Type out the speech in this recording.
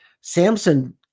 Samson